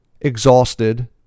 exhausted